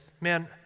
man